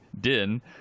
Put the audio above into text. Din